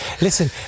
Listen